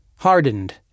hardened